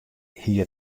hie